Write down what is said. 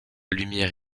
lumière